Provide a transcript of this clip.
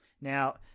Now